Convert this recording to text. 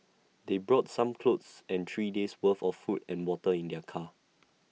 they brought some clothes and three days' worth of food and water in their car